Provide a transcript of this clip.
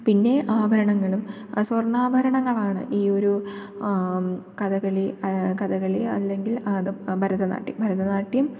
പിന്നെ ആഭരണങ്ങളും സ്വർണാഭരണങ്ങളാണ് ഈ ഒരു കഥകളി കഥകളി അല്ലെങ്കിൽ അത് ഭരതനാട്യം ഭരതനാട്യം